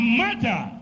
matter